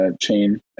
chain